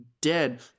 dead